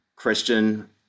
Christian